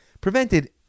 prevented